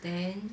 then